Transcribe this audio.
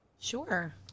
Sure